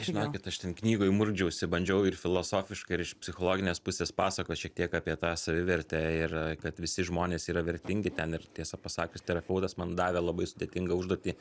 žinokit aš ten knygoj murkdžiausi bandžiau ir filosofiškai ir iš psichologinės pusės pasakot šiek tiek apie tą savivertę ir kad visi žmonės yra vertingi ten ir tiesą pasakius terapeutas man davė labai sudėtingą užduotį